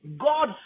God